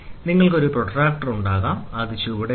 നിങ്ങൾക്ക് ഒരു പ്രൊട്ടക്റ്റർ ഉണ്ടാകും അത് ചുവടെയുണ്ട്